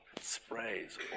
sprays